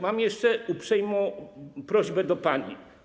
Mam jeszcze uprzejmą prośbę do pani.